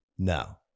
No